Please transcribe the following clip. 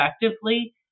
effectively